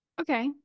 Okay